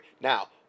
Now